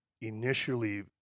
initially